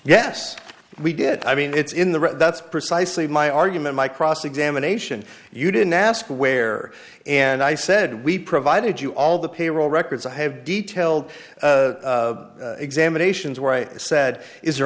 yes we did i mean it's in the that's precisely my argument my cross examination you didn't ask where and i said we provided you all the payroll records i have detailed examinations where i said is there